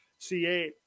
C8